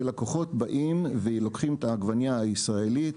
כשלקוחות באים ולוקחים את העגבנייה הישראלית,